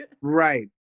Right